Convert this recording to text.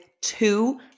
two